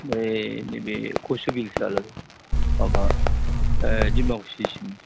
ओमफ्राय नैबे खसुगिलसो आरो माबा दिमाखुसिसिम